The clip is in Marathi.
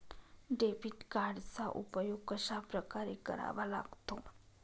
डेबिट कार्डचा उपयोग कशाप्रकारे करावा लागतो?